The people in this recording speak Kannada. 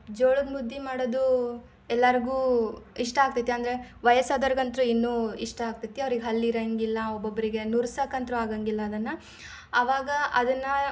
ಜೋಳದ ಮುದ್ದೆ ಮಾಡೋದು ಎಲ್ಲರಿಗೂ ಇಷ್ಟ ಆಗ್ತೈತಿ ಅಂದರೆ ವಯಸ್ಸಾದವ್ರಿಗಂತೂ ಇನ್ನೂ ಇಷ್ಟ ಆಗ್ತೈತಿ ಅವ್ರಿಗೆ ಹಲ್ಲಿರಂಗಿಲ್ಲ ಒಬ್ಬೊಬ್ಬರಿಗೆ ನುರ್ಸ್ಕಂತೂ ಆಗಂಗಿಲ್ಲ ಅದನ್ನು ಅವಾಗ ಅದನ್ನು